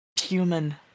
human